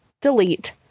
delete